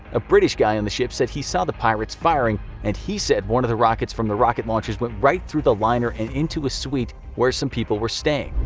a british guy on the ship said he saw the pirates firing and he said that one of the rockets from the rocket launchers went right through the liner and into a suite where some people were staying.